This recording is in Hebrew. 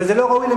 לא אני אומר.